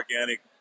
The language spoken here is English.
organic